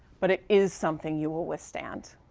but it is something you will with stand.